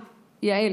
יעל,